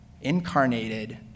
incarnated